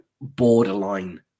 borderline